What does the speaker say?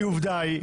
כי עובדה היא,